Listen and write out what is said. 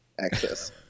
access